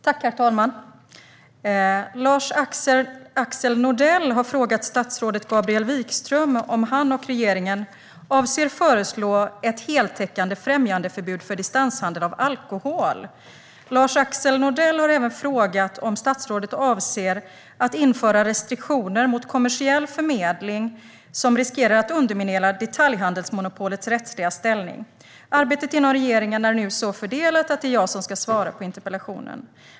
Herr talman! Lars-Axel Nordell har frågat statsrådet Gabriel Wikström om han och regeringen avser att föreslå ett heltäckande främjandeförbud för distanshandel med alkohol. Lars-Axel Nordell har även frågat om statsrådet avser att införa restriktioner mot kommersiell förmedling som riskerar att underminera detaljhandelsmonopolets rättsliga ställning. Arbetet inom regeringen är nu så fördelat att det är jag som ska svara på interpellationen.